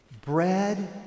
bread